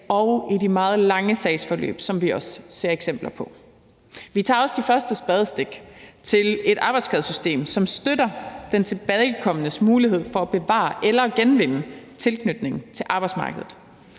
og i de meget lange sagsforløb, som vi også ser eksempler på. Vi tager også de første spadestik til et arbejdsskadesystem, som støtter den tilbagekomnes mulighed for at bevare eller genvinde tilknytningen til arbejdsmarkedet.